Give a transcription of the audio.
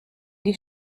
die